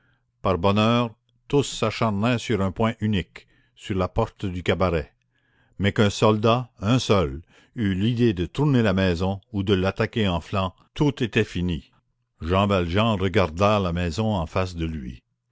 par bonheur tous s'acharnaient sur un point unique sur la porte du cabaret mais qu'un soldat un seul eût l'idée de tourner la maison ou de l'attaquer en flanc tout était fini jean valjean regarda la maison en face de lui